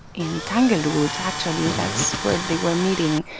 in tanglewood, actually. that's where they were meeting.